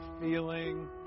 feeling